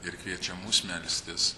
ir kviečia mus melstis